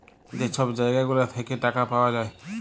যে ছব জায়গা গুলা থ্যাইকে টাকা পাউয়া যায়